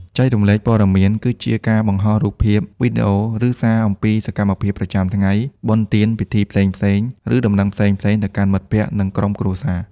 ចែករំលែកព័ត៌មាន គឺជាការបង្ហោះរូបភាព វីដេអូ ឬសារអំពីសកម្មភាពប្រចាំថ្ងៃ បុណ្យទាន ពិធីផ្សេងៗ ឬដំណឹងផ្សេងៗទៅកាន់មិត្តភក្តិ និងក្រុមគ្រួសារ។